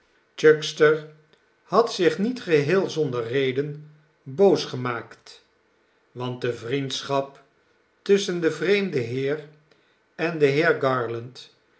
chuckster had zich niet geheel zonder reden boos gemaakt want de vriendschap tusschen den vreemden heer en den heer garland